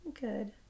good